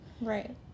Right